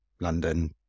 London